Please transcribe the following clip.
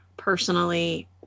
personally